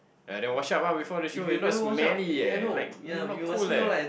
yeah then wash up lah before the show if not smelly eh like not cool leh